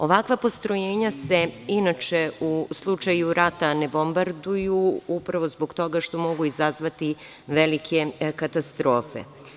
Ovakva postrojenja se inače u slučaju rata ne bombarduju, upravo zbog toga što mogu izazvati velike katastrofe.